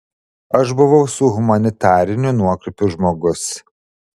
aš buvau su humanitariniu nuokrypiu žmogus